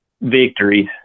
victories